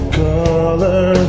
color